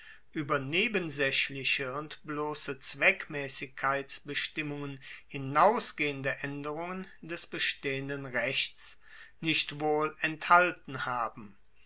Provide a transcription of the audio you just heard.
ueber nebensaechliche und blosse zweckmaessigkeitsbestimmungen hinausgehende aenderungen des bestehenden rechts nicht wohl enthalten haben